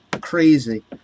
crazy